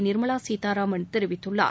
நிர்மலா சீத்தாராமன் தெரிவித்துள்ளார்